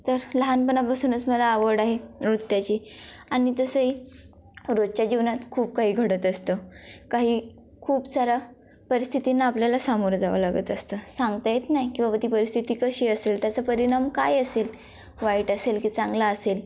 तर लहानपनापासूनच मला आवड आहे नृत्याची आणि तसंही रोजच्या जीवनात खूप काही घडत असतं काही खूप साऱ्या परिस्थितींना आपल्याला सामोरं जावं लागत असतं सांगता येत नाही की बाबा ती परिस्थिती कशी असेल त्याचा परिणाम काय असेल वाईट असेल की चांगला असेल